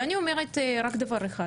ואני אומרת רק דבר אחד